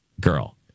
Girl